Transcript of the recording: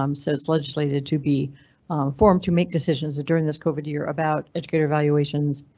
um so it's legislated to be formed to make decisions that during this covid year about educator valuations,